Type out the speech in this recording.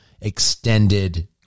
extended